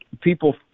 people